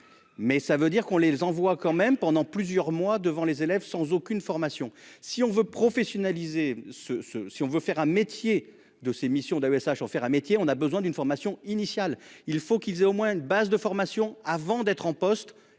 Mais ça veut dire qu'on les envoie quand même pendant plusieurs mois devant les élèves sans aucune formation si on veut professionnaliser ce ce si on veut faire un métier de ces missions d'AESH en faire un métier, on a besoin d'une formation initiale, il faut qu'ils aient au moins une base de formation avant d'être en poste